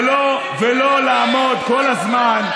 ולא לעמוד כל הזמן,